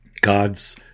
God's